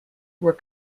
were